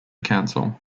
council